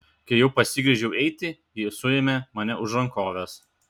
kai jau pasigręžiau eiti ji suėmė mane už rankovės